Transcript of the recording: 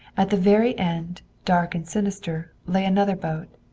at the very end, dark and sinister, lay another boat.